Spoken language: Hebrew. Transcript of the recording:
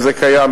זה קיים.